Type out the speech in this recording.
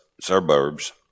suburbs